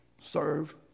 Serve